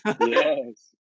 Yes